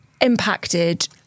impacted